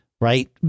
right